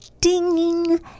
ding